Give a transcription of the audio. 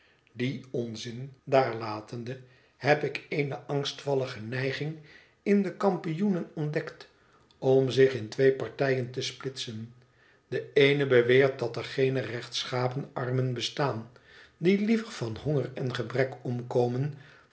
dien onzin dddr latende heb ik eene angstvallige neiging in de kampioenen ontdekt om zich in twee partijen te splitsen de eene beweert dat er geene rechtschapen armen bestaan die liever van honger en gebrek